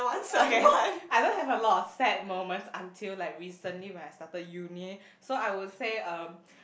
okay I don't have a lot of sad moments until like recently when I started uni so I will say um